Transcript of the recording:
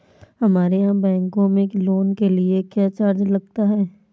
हमारे यहाँ बैंकों में लोन के लिए क्या चार्ज लगता है?